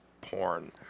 porn